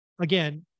again